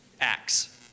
Acts